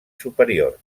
superior